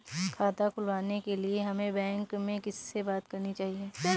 खाता खुलवाने के लिए हमें बैंक में किससे बात करनी चाहिए?